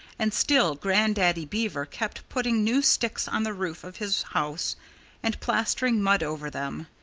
and still grandaddy beaver kept putting new sticks on the roof of his house and plastering mud over them.